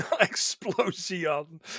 Explosion